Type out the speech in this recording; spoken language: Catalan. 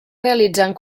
realitzant